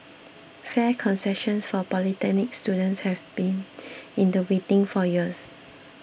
fare concessions for polytechnic students have been in the waiting for years